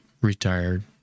retired